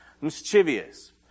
mischievous